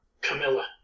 Camilla